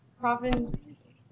Province